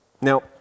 Now